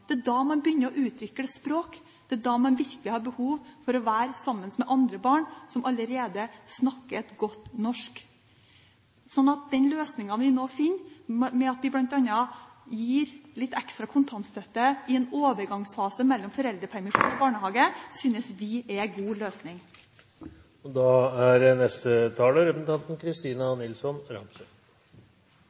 Det er da man begynner å utvikle språk, det er da man virkelig har behov for å være sammen med andre barn som allerede snakker godt norsk. Så den løsningen vi nå finner, med at vi bl.a. gir litt ekstra kontantstøtte i en overgangsfase mellom foreldrepermisjon og barnehage, synes vi er en god løsning. Jeg vil bare understreke at jeg står for de sitatene som Hofstad Helleland refererte i sitt innlegg – men kanskje da